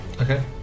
Okay